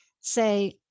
say